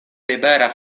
libera